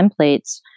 templates